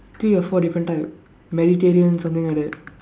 three or four different type Mediterranean something like that